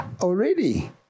Already